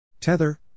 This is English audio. Tether